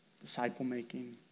Disciple-making